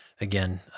again